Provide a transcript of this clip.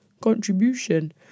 contribution